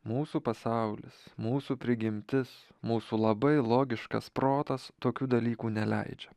mūsų pasaulis mūsų prigimtis mūsų labai logiškas protas tokių dalykų neleidžia